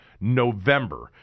November